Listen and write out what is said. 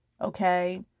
okay